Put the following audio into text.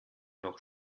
noch